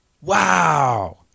wow